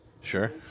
Sure